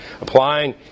applying